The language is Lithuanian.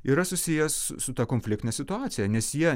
yra susijęs su ta konfliktine situacija nes jie